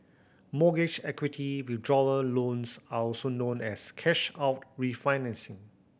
mortgage equity withdrawal loans are also known as cash out refinancing